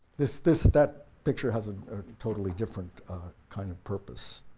this this that picture has a totally different kind of purpose.